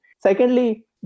Secondly